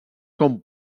com